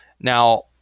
Now